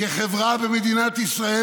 כחברה במדינת ישראל,